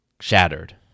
shattered